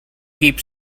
keep